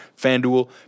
FanDuel